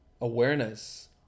Awareness